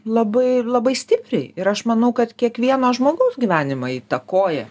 labai labai stipriai ir aš manau kad kiekvieno žmogaus gyvenimą įtakoja